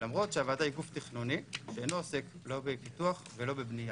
למרות שהוועדה היא גוף תכנוני שאינו עוסק לא בפיתוח ולא בבנייה.